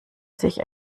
sich